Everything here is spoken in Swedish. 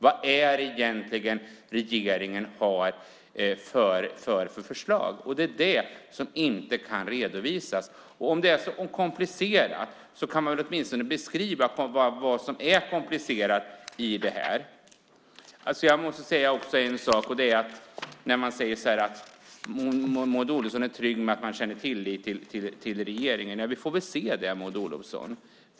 Vad är det egentligen regeringen har för förslag? Det är det som inte kan redovisas. Om det är så komplicerat kan man väl åtminstone beskriva vad som är så komplicerat i det här. Jag måste också säga en annan sak. Maud Olofsson säger att hon är trygg med att man känner tillit till regeringen. Vi får väl se det, Maud Olofsson.